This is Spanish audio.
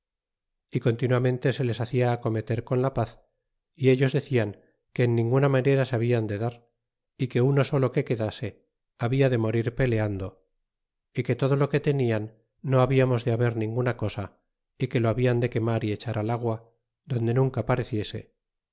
y continuamente les hacia acometer con la paz e y ellos decian que en ninguna manera se baldan de dar y que n uno solo que quedase habla de morir peleando y que todo lo n que tenian no hablamos de haber ninguna cosa y que lo hablan n de quemar y echar al agua donde nunca pareciese